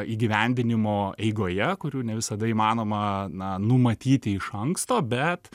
įgyvendinimo eigoje kurių ne visada įmanoma na numatyti iš anksto bet